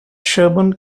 sherborne